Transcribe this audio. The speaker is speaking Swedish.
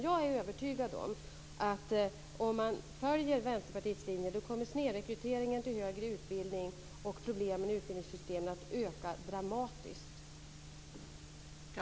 Jag är övertygad om att om man följer Vänsterpartiets linje kommer snedrekryteringen till högre utbildning och problemen i utbildningssystemen att öka dramatiskt.